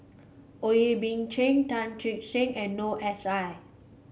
Boey Kim Cheng Teo Chee Hean and Noor S I